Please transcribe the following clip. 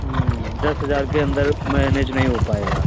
दस हज़ार के अंदर मैनेज नहीं हो पाएगा